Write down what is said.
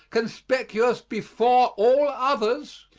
conspicuous before all others,